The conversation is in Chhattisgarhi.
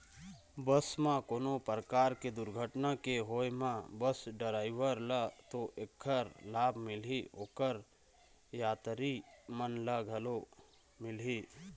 बस म कोनो परकार के दुरघटना के होय म बस डराइवर ल तो ऐखर लाभ मिलही, ओखर यातरी मन ल घलो मिलही